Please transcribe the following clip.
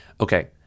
Okay